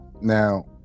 now